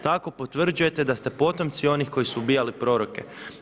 Tako potvrđujete da ste potomci onih koji su ubijali proroke.